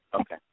okay